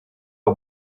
aux